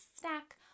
snack